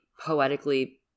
poetically